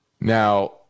Now